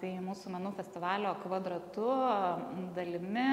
tai mūsų menų festivalio kvadratu dalimi